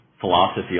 philosophy